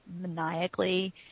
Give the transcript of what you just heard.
maniacally